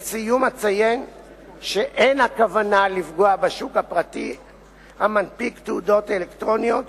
לסיום אציין שאין הכוונה לפגוע בשוק הפרטי המנפיק תעודות אלקטרוניות,